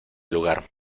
lugar